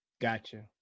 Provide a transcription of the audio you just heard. Gotcha